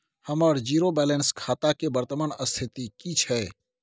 हमर zero balance खाता के वर्तमान स्थिति की छै?